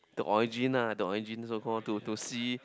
the origin ah the origin so call to to see